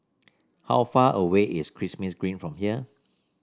how far away is Kismis Green from here